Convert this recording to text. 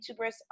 YouTubers